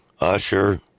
Usher